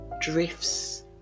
drifts